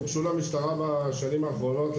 הוגשו למשטרה בשנים האחרונות,